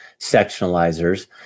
sectionalizers